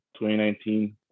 2019